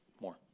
more